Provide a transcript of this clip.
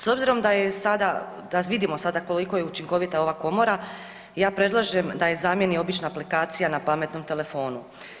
S obzirom da je sada, da vidimo sada koliko je učinkovita ova komora ja predlažem da je zamjeni obična aplikacija na pametnom telefonu.